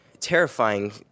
terrifying